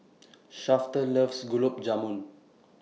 Shafter loves Gulab Jamun